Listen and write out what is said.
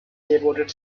devoted